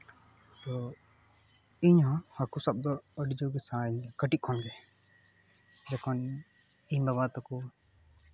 ᱤᱧ ᱦᱚᱸ ᱦᱟᱹᱠᱩ ᱥᱟᱵ ᱫᱚ ᱟᱹᱰᱤ ᱡᱳᱨ ᱜᱮ ᱥᱟᱹᱱᱟᱧᱟ ᱠᱟᱹᱴᱤᱡ ᱠᱷᱚᱱᱜᱮ ᱡᱚᱠᱷᱚᱱ ᱤᱧ ᱵᱟᱵᱟ ᱛᱟᱠᱚ